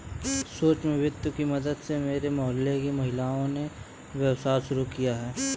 सूक्ष्म वित्त की मदद से मेरे मोहल्ले की महिलाओं ने व्यवसाय शुरू किया है